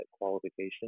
qualification